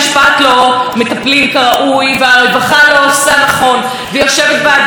ומפרטים שאנחנו מקבלים בדיון שלא מזמן יו"ר הוועדה הנוכחית מקיימת,